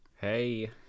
Hey